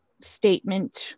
statement